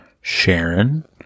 Sharon